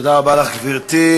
תודה רבה לך, גברתי.